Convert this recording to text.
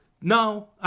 no